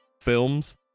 films